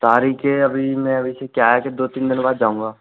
तारीख ए अभी मैं वैसे क्या है कि दो तीन दिन बाद जाऊँगा